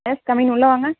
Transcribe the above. S come in உள்ளே வாங்க